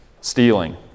stealing